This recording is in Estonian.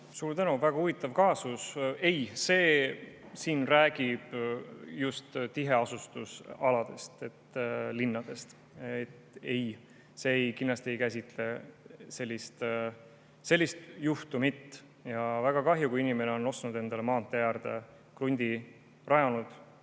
Suur tänu! Väga huvitav kaasus. Ei, see [eelnõu] räägib just tiheasustusaladest, linnadest. Ei, see kindlasti ei käsitle sellist juhtumit. Väga kahju, kui inimene on ostnud endale maantee äärde krundi, rajanud